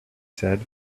said